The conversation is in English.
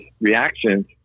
reactions